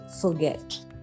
forget